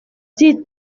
dites